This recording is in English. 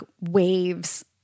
waves